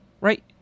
right